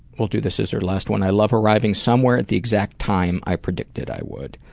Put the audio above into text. we'll do this as her last one, i love arriving somewhere at the exact time i predicted i would.